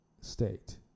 state